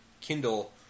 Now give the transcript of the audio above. Kindle